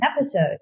episode